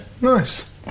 Nice